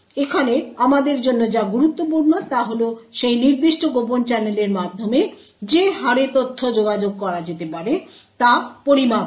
এখানে আমাদের জন্য যা গুরুত্বপূর্ণ তা হল সেই নির্দিষ্ট কোভার্ট চ্যানেলের মাধ্যমে যে হারে ডেটা যোগাযোগ করা যেতে পারে তা পরিমাপ করা